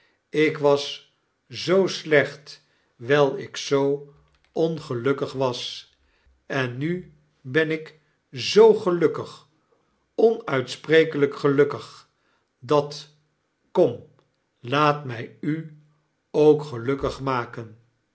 ik was zoo slecht wijl ik zoo ongelukkig was en nu ben ik zoo gelukkig onuitsprekelijk gelukkig dat kom laat mij u ook gelukkig maken